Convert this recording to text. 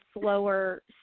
slower